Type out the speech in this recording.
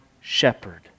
shepherd